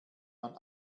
man